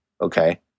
okay